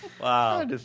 Wow